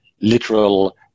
literal